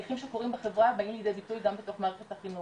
ותהליכים שקורים בחברה באים לידי ביטוי גם בתוך מערכת החינוך.